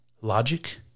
Logic